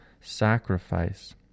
sacrifice